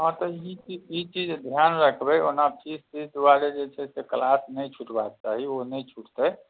हँ तऽ ई चीज ई चीज ध्यान रखबै ओना फीस तीस दुआरे जे छै से क्लास नहि छुटबाके चाही ओ नहि छुटतै